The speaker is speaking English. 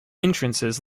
entrances